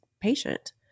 patient